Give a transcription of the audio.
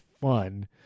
fun